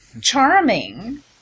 charming